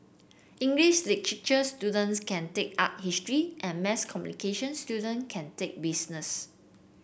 English literature students can take art history and mass communication student can take business